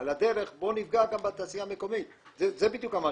על הדרך בואו נפגע גם בתעשייה המקומית זה בדיוק המשמעות.